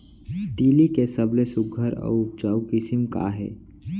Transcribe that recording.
तिलि के सबले सुघ्घर अऊ उपजाऊ किसिम का हे?